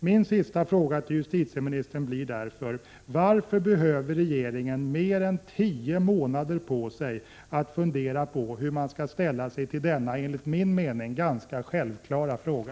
Min sista fråga till justitieministern blir därför: Varför behöver regeringen ha mer än tio månader på sig för att fundera på hur man skall ställa sig till denna enligt min mening ganska självklara fråga?